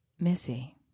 Missy